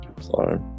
Sorry